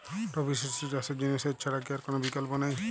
রবি শস্য চাষের জন্য সেচ ছাড়া কি আর কোন বিকল্প নেই?